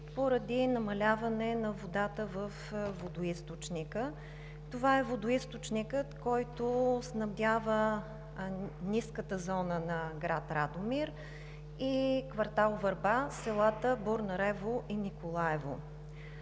поради намаляване на водата във водоизточника. Това е водоизточникът, който снабдява ниската зона на град Радомир и квартал „Върба“, селата Борнарево и Николаево.